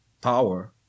power